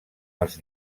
els